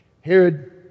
Herod